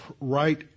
right